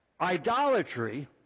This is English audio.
Idolatry